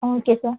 okay sir